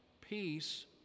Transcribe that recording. Peace